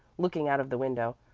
looking out of the window.